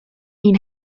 این